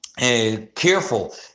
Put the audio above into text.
Careful